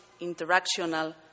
interactional